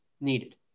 needed